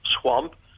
Swamp